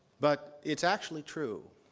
but it's actually true.